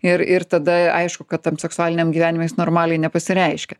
ir ir tada aišku kad tam seksualiniam gyvenime jis normaliai nepasireiškia